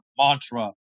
mantra